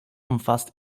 umfasst